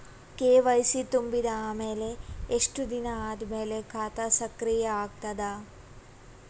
KYC ತುಂಬಿದ ಅಮೆಲ ಎಷ್ಟ ದಿನ ಆದ ಮೇಲ ಖಾತಾ ಸಕ್ರಿಯ ಅಗತದ?